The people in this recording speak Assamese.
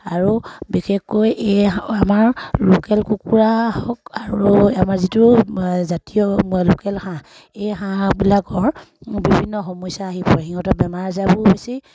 আৰু বিশেষকৈ এই আমাৰ লোকেল কুকুৰা হওক আৰু আমাৰ যিটো জাতীয় লোকেল হাঁহ এই হাঁহবিলাকৰ বিভিন্ন সমস্যা আহি পৰে সিহঁতৰ বেমাৰ আজাৰবোৰো বেছি